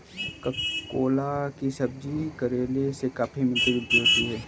ककोला की सब्जी करेले से काफी मिलती जुलती होती है